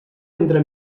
entre